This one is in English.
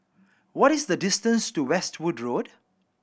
what is the distance to Westwood Road